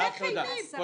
להלך אימים.